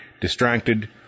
distracted